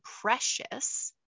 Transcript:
precious